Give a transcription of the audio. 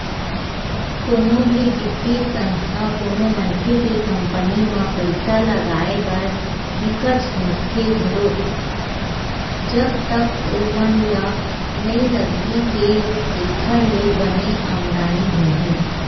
कोनो भी बित्तीय संस्था कोनो मनखे के कंपनी म पइसा लगाए बर बिकट सोचथे घलो जब तक ओमन ल नइ लगही के एखर ले बने आमदानी होही